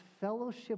fellowship